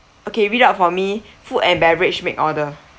okay read out for me food and beverage make order